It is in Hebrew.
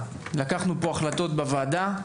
שלקחנו פה החלטות בוועדה,